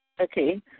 okay